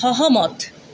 সহমত